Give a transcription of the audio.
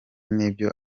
n’ibyo